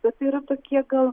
bet yra tokie gal